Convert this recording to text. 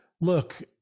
look